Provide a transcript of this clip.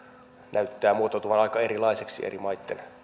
näyttää muotoutuvan aika erilaiseksi eri maitten